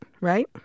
right